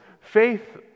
faith